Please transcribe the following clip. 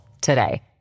today